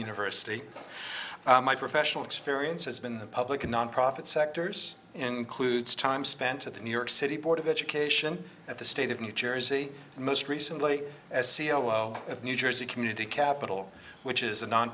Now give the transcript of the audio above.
university my professional experience has been public a nonprofit sectors includes time spent at the new york city board of education at the state of new jersey and most recently as c e o of new jersey community capital which is a non